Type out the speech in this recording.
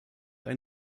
ein